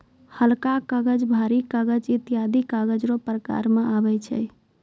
हलका कागज, भारी कागज ईत्यादी कागज रो प्रकार मे आबै छै